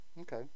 Okay